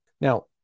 Now